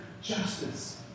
justice